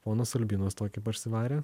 ponas albinas tokį parsivarė